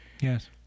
Yes